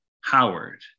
Howard